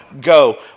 go